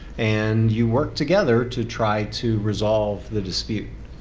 and you work together to try to resolve the dispute.